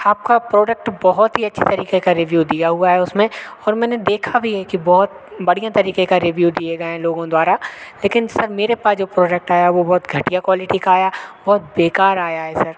आपका प्रोडक्ट बहुत ही अच्छी तरीक़े का रिव्यू दिया हुआ है उसमें और मैंने देखा भी है कि बहुत बढ़िया तरीक़े का रिव्यू दिए गए हैं लोगों द्वारा लेकिन सर मेरे पास जो प्रोडक्ट आया वह बहुत घटिया क्वालिटी का आया बहुत बेकार आया है सर